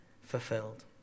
fulfilled